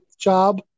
job